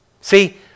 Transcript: See